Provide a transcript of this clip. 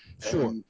Sure